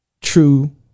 true